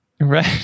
Right